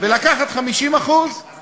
young professionals,